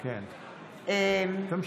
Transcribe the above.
תמשיכי.